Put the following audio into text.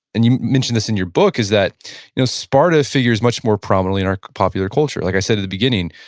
and you mention this in your book, is that you know sparta figures much more prominent in our popular culture. like i said at the beginning,